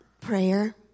prayer